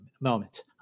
moment